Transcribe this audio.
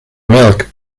milk